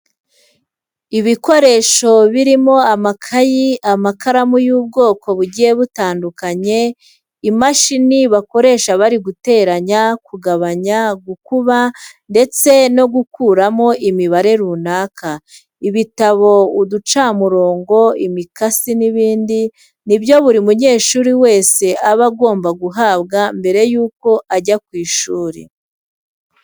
Ibikoresho birimo amakayi, amakaramu y'ubwoko bugiye butandukanye, imashini bakoresha bari guteranya, kugabanya, gukuba ndetse no gukuramo imibare runaka, ibitabo, uducamurongo, imikasi n'ibindi, ni byo buri munyeshuri wese aba agomba guhabwa mbere yuko ajya ku ishuri.